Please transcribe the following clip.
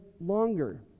longer